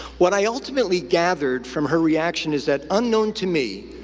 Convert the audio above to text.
what i ultimately gathered from her reaction is that, unknown to me,